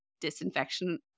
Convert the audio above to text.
disinfection